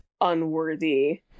unworthy